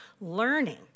learning